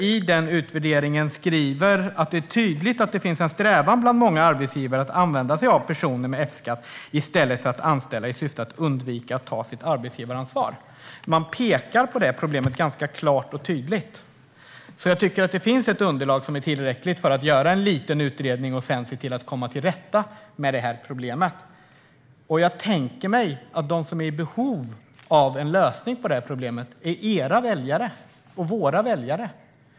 I den utvärderingen skriver man att det är tydligt att det finns en strävan bland många arbetsgivare att använda personer med F-skatt i stället för att anställa, i syfte att undvika att ta sitt arbetsgivaransvar. Man pekar ganska klart och tydligt på det problemet. Jag tycker alltså att det finns ett underlag som är tillräckligt för att göra en liten utredning och sedan komma till rätta med problemet. Jag tänker mig att de som är i behov av en lösning på detta problem är era och våra väljare.